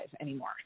anymore